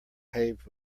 paved